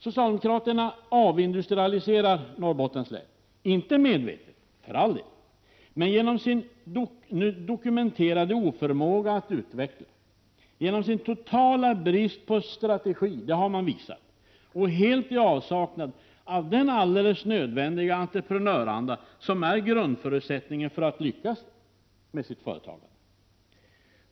Socialdemokraterna avindustrialiserar Norrbottens län — inte medvetet, för all del, men genom sin dokumenterade oförmåga att utveckla, genom sin totala brist på strategi och genom sin avsaknad av den alldeles nödvändiga entreprenöranda som är grundförutsättningen för att lyckas med ett företag.